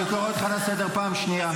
אני קורא אותך לסדר פעם שנייה.